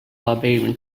barbarian